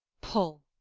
pull,